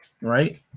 right